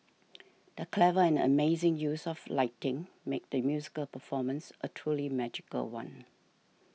the clever and amazing use of lighting made the musical performance a truly magical one